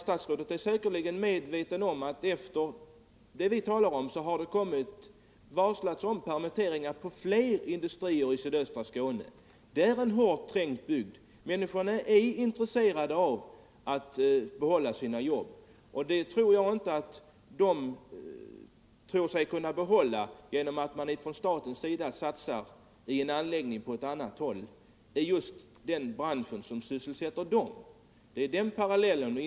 Statsrådet är säkerligen medveten om att det sedan de svårigheter som vi nu talar om började har varslats om permitteringar vid flera industrier i sydöstra Skåne. Det är en hårt trängd bygd, och människorna är intresserade av " att behålla sina jobb. Jag tror inte att de är övertygade om att de får det, om staten satsar i anläggningar på ett annat håll i just den bransch som sysselsätter dem. Det är så man skall se denna fråga.